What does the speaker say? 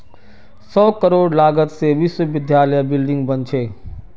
सौ करोड़ लागत से विश्वविद्यालयत बिल्डिंग बने छे